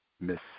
Miss